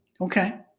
Okay